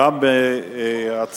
חברי חברי הכנסת.